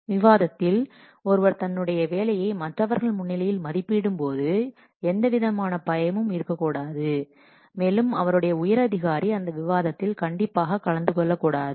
விவாதத்தில் ஒருவர் தன்னுடைய வேலையை மற்றவர்கள் முன்னிலையில் மதிப்பிடும் போது எந்தவிதமான பயமும் இருக்கக்கூடாது மேலும் அவருடைய உயர் அதிகாரி அந்த விவாதத்தில் கண்டிப்பாக கலந்து கொள்ளக்கூடாது